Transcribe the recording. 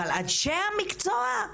אבל אנשי המקצוע?